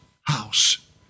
house